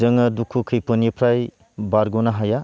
जोङो दुखु खैफोदनिफ्राय बारग'नो हाया